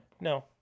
No